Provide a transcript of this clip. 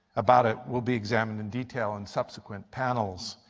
about it will be examined in detail in subsequent panels.